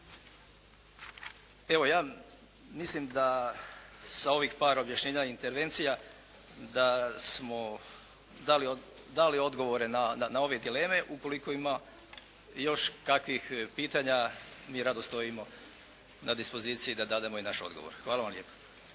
Evo. Ja mislim da sa ovih par objašnjenja, intervencija, da smo dali odgovore na ove dileme. Ukoliko ima još kakvih pitanja mi rado stojimo na dispoziciji da dademo i naš odgovor. Hvala vam lijepa.